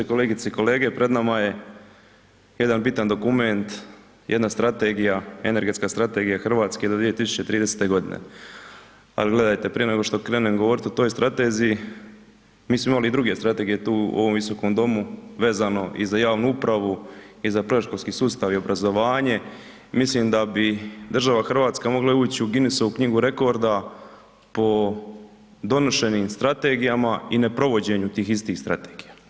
Kolegice i kolege, pred nama je jedan bitan dokument, jedna strategija, energetska strategija RH do 2030.g., al gledajte, prije nego što krenem govorit o toj strateziji, mi smo imali i druge strategije tu u ovom visokom domu vezano i za javnu upravu i za predškolski sustav i obrazovanje, mislim da bi država hrvatska mogla ući u Ginesovu knjigu rekorda po donošenim strategijama i neprovođenju tih istih strategija.